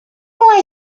boy